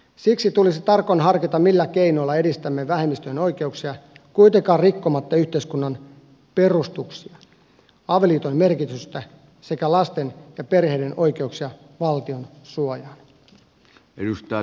siksi tulisi tarkoin harkita millä keinoilla edistämme vähemmistöjen oikeuksia kuitenkaan rikkomatta yhteiskunnan perustuksia avioliiton merkitystä sekä lasten ja perheiden oikeuksia valtion suojaan